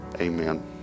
amen